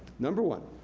number one,